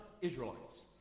Israelites